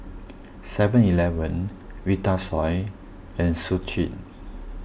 Seven Eleven Vitasoy and Schick